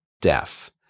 deaf